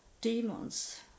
demons